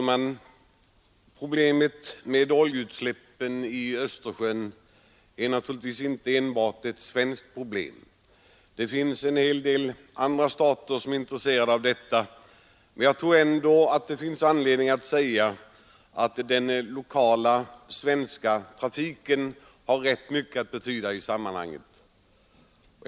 Herr talman! Oljeutsläppen i Östersjön är naturligtvis inte enbart ett svenskt problem; det finns en hel del andra stater som är intresserade av saken. Jag tror ändå att det finns anledning att säga att den lokala svenska trafiken har rätt mycket att betyda i sammanhanget.